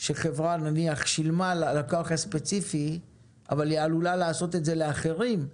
שחברה שילמה ללקוח הספציפי אבל היא עלולה לעשות את זה לאחרים,